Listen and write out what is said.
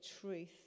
truth